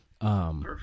Perfect